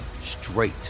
straight